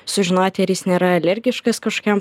sužinoti ar jis nėra alergiškas kažkam